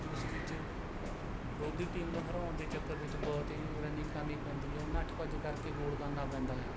ਜੋ ਉਸ ਵਿੱਚ ਵਿਰੋਧੀ ਟੀਮ ਨੂੰ ਹਰਾਉਣ ਦੇ ਚੱਕਰ ਵਿੱਚ ਬਹੁਤ ਹੀ ਰਨਿੰਗ ਕਰਨੀ ਪੈਂਦੀ ਹੈ ਨੱਠ ਭੱਜ ਕਰਕੇ ਗੋਲ ਕਰਨਾ ਪੈਂਦਾ ਹੈ